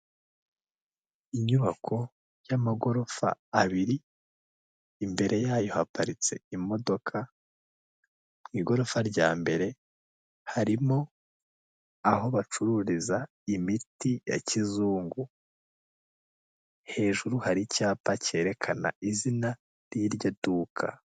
Inyubako y'amagorofa abiri imbere yayo haparitse imodoka igorofa rya mbere harimo aho bacururiza imiti ya kizungu hejuru hari icyapa cyerekana izina ry'iryo duka.